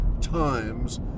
times